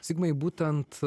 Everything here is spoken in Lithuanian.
zigmai būtent